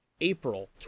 april